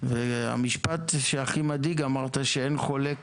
המשפט שהכי מדאיג, אמרת שאין חולק